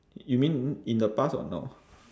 you mean in the past or now